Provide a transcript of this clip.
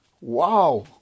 Wow